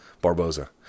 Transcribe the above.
Barboza